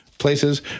places